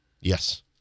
Yes